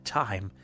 time